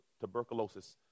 tuberculosis